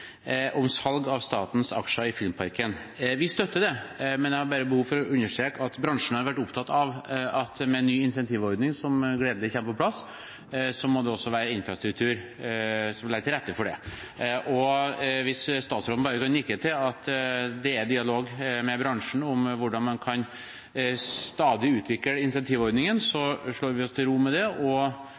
om salg av statens aksjer i Filmparken AS. Vi støtter det, men jeg har bare behov for å understreke at bransjen har vært opptatt av at med ny incentivordning som gledelig kommer på plass, må det også være infrastruktur som legger til rette for det. Hvis statsråden bare kan nikke til at det er dialog med bransjen om hvordan man kan stadig utvikle incentivordningen, slår vi oss til ro med det og